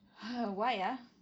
!huh! why ah